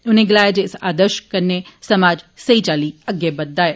उनें गलाया जे इस आर्दश कन्नै समाज सही चाल्ली अग्गै बददा ऐ